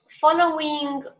following